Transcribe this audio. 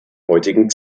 heutigen